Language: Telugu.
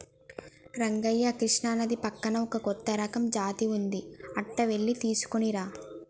రంగయ్య కృష్ణానది పక్కన ఒక కొత్త రకం జాతి ఉంది అంట వెళ్లి తీసుకురానా